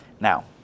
Now